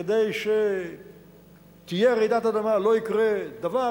כדי שכשתהיה רעידת אדמה לא יקרה דבר,